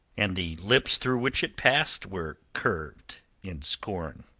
and the lips through which it passed were curved in scorn.